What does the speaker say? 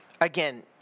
again